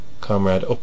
Comrade